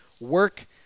work